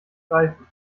greifen